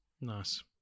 nice